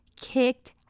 Kicked